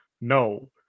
no